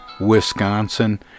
Wisconsin